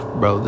bro